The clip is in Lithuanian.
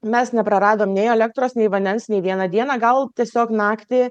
mes nepraradom nei elektros nei vandens nei vieną dieną gal tiesiog naktį